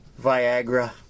Viagra